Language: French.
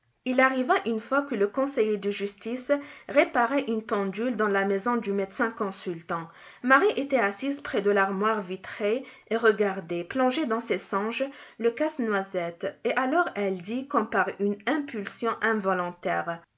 il arriva une fois que le conseiller de justice réparait une pendule dans la maison du médecin consultant marie était assise près de l'armoire vitrée et regardait plongée dans ses songes le casse-noisette et alors elle dit comme par une impulsion involontaire